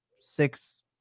six